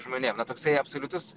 žmonėm na toksai absoliutus